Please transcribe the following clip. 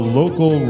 local